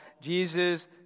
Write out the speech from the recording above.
Jesus